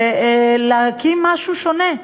ולהקים משהו שונה.